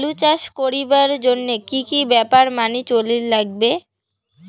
আলু চাষ করিবার জইন্যে কি কি ব্যাপার মানি চলির লাগবে?